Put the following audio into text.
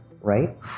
right